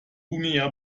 guinea